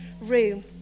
room